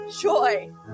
joy